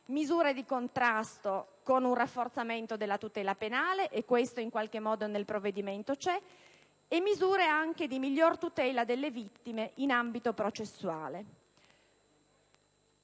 misure di contrasto, con un rafforzamento della tutela penale (ma questo in qualche modo nel provvedimento c'è), nonché misure volte ad una migliore tutela delle vittime in ambito processuale.